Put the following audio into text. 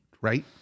right